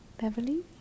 Beverly